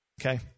okay